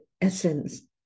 essence